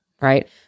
right